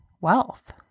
wealth